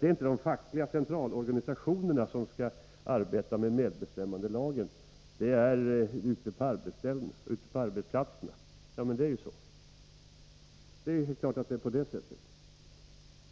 Det är inte den fackliga centralorganisationen som skall arbeta med medbestämmandelagen — det skall man göra ute på arbetsplatserna.